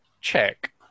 check